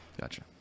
Gotcha